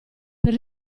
per